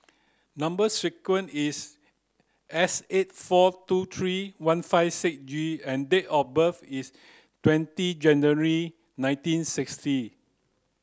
number sequence is S eight four two three one five six G and date of birth is twenty January nineteen sixty